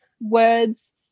words